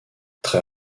très